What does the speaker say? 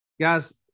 Guys